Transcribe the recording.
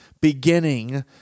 beginning